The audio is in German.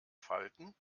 falten